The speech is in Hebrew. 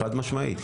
חד משמעית.